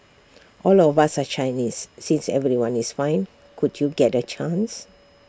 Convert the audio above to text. all of us are Chinese since everyone is fine could you get A chance